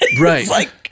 right